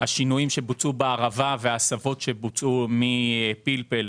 לשינויים שבוצעו בערבה וההסבות שבוצעו מפלפל,